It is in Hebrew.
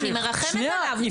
לא, אני מרחמת עליו.